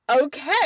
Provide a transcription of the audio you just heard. okay